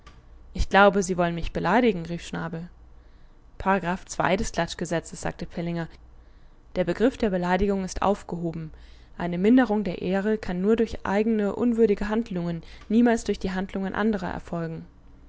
ich glaube sie wollen mich beleidigen rief schnabel ii des klatschgesetzes sagte pellinger der begriff der beleidigung ist aufgehoben eine minderung der ehre kann nur durch eigene unwürdige handlungen niemals durch die handlungen anderer erfolgen